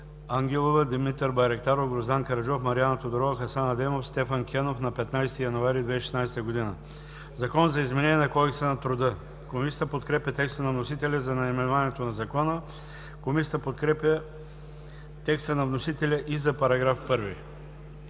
Ангелова, Димитър Байрактаров, Гроздан Караджов, Мариана Тодорова, Хасан Адемов, Стефан Кенов на 15 януари 2016 г. „Закон за изменение на Кодекса на труда”. Комисията подкрепя текста на вносителя за наименованието на Закона. Комисията подкрепя текста на вносителя и за § 1.